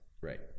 Right